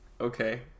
Okay